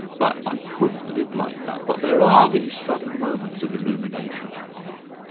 but i couldn't live like that. but there are these sudden moments of illumination in life.